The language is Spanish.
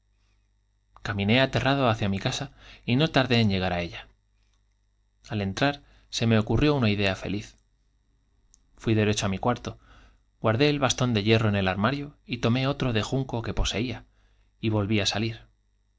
caminé aterrado hacia mi casa y no tardé en llegar á ella al entrar se me ocurrió una idea feliz fuí derecho á mi cuarto el bastón de hierro el guardé en armario y tomé otro de junco que poseía y vqlví á salir